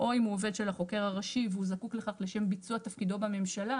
או אם הוא עובד של החוקר הראשי והוא זקוק לכך לשם ביצוע תפקידו בממשלה,